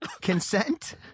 Consent